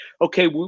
okay